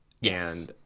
Yes